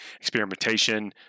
experimentation